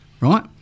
right